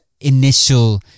initial